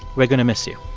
we're going to miss you